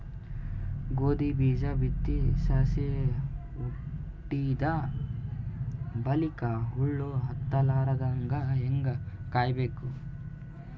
ಗೋಧಿ ಬೀಜ ಬಿತ್ತಿ ಸಸಿ ಹುಟ್ಟಿದ ಬಲಿಕ ಹುಳ ಹತ್ತಲಾರದಂಗ ಹೇಂಗ ಕಾಯಬೇಕು?